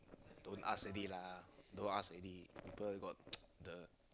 don't ask already lah don't ask already people got the